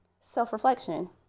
self-reflection